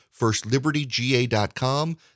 FirstLibertyGA.com